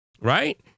right